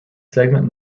segment